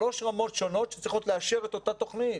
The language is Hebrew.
שלוש רמות שונות שצריכות לאשר את אותה תוכנית.